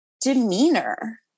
demeanor